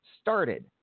started